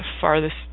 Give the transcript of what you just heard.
farthest